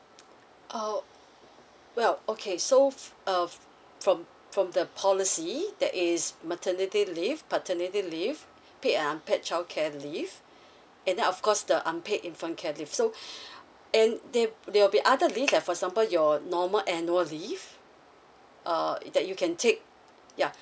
oh well okay so uh from from the policy there is maternity leave paternity leave paid and unpaid childcare leave and then of course the unpaid infant care leave so and there there will be other leave for example your normal annual leave uh that you can take yeah